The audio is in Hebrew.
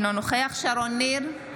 אינו נוכח שרון ניר,